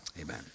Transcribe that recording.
amen